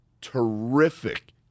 terrific